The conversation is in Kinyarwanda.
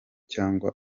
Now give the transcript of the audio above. cyangwa